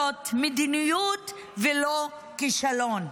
זאת מדיניות, ולא כישלון.